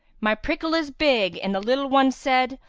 my prickle is big and the little one said,